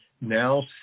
now